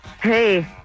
Hey